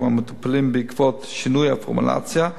מהמטופלים בעקבות שינוי הפורמולציה,